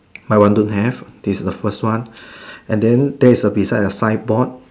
my one don't have this is the first one and then there is beside the side board